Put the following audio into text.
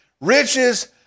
Riches